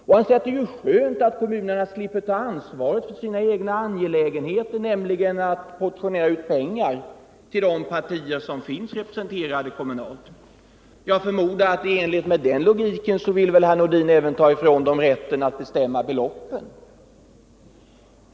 Och herr Nordin säger att det är ju skönt att kommunerna slipper ta ansvaret för sina egna angelägenheter, nämligen att portionera ut pengar till de partier som finns representerade kommunalt. Jag förmodar att i enlighet med den logiken vill herr Nordin även ta ifrån kommunerna rätten att bestämma beloppen.